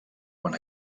quan